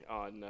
on